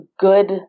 good